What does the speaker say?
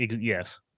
Yes